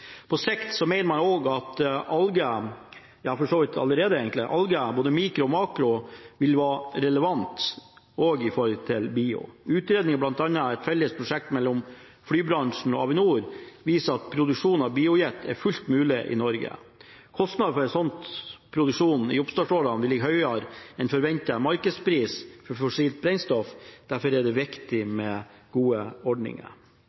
På sikt – ja, for så vidt allerede – mener man også at alger, både mikro- og makroalger, vil være relevant, også når det gjelder biodrivstoff. Utredninger, bl.a. et felles prosjekt mellom flybransjen og Avinor, viser at produksjon av biojet er fullt mulig i Norge. Kostnadene for slik produksjon i oppstartsårene vil ligge høyere enn forventet markedspris for fossilt brennstoff. Det er derfor viktig